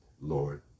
Lord